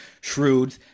shrewd